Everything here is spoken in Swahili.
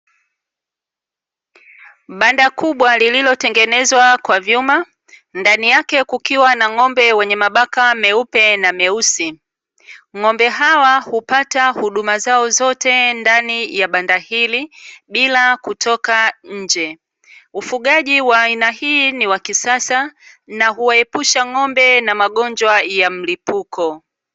Banda kubwa lililotengenezwa kwa vyuma, ndani yake kukiwa na ng'ombe wenye mabaka meupe na meusi, ng'ombe hawa hupata huduma zao zote ndani ya banda hili bila kutoka nje. Ufugaji wa aina hii ni wa kisasa na huwaepusha ng'ombe na magonjwa ya mlipuko.